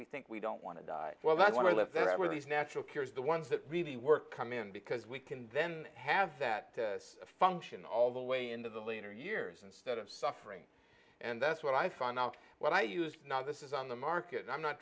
we think we don't want to die well i want to live that where these natural cures the ones that really work come in because we can then have that function all the way into the leaner years instead of suffering and that's what i find out when i use this is on the market and i'm not